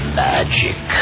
magic